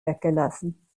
weggelassen